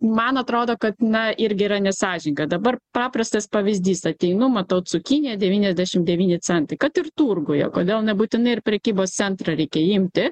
man atrodo kad na irgi yra nesąžininga dabar paprastas pavyzdys ateinu matau cukinija devyniasdešim devyni centai kad ir turguje kodėl nebūtinai ir prekybos centrą reikia imti